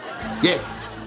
Yes